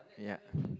ya